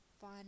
fun